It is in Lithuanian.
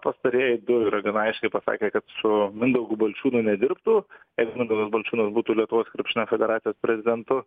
pastarieji du yra gana aiškiai pasakę kad su mindaugu balčiūnu nedirbtų jeigu mindaugas balčiūnas būtų lietuvos krepšinio federacijos prezidentu